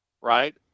right